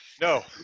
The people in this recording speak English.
No